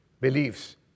beliefs